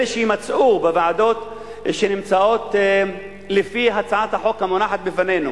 אלה שיימצאו בוועדות לפי הצעת החוק המונחת בפנינו,